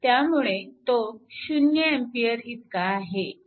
त्यामुळे तो 0A इतका आहे